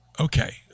Okay